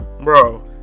bro